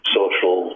social